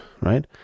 right